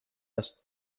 است